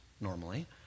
normally